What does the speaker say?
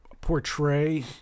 portray